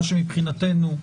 מה שמבחינתנו,